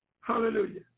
Hallelujah